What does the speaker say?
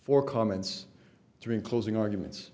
for comments during closing arguments